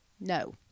no